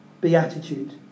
beatitude